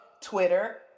Twitter